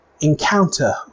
encounter